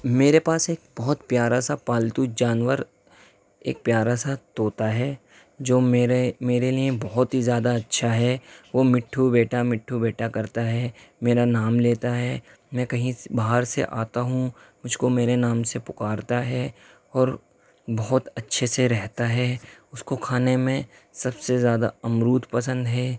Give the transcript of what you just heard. میرے پاس ایک بہت پیارا سا پالتو جانور ایک پیارا سا طوطا ہے جو میرے میرے لیے بہت ہی زیادہ اچھا ہے وہ مٹھو بیٹا مٹھو بیٹا کرتا ہے میرا نام لیتا ہے میں کہیں باہر سے آتا ہوں مجھ کو میرے نام سے پکارتا ہے اور بہت اچھے سے رہتا ہے اس کو کھانے میں سب سے زیادہ امرود پسند ہے